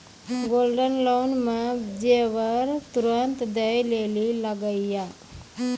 Gold loan मे जेबर तुरंत दै लेली लागेया?